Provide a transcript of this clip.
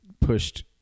pushed